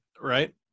right